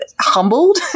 humbled